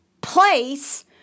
place